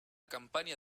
campaña